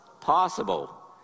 possible